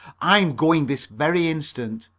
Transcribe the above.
i am going this very instant.